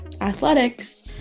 athletics